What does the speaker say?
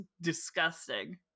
disgusting